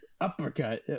uppercut